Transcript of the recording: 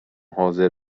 حاضر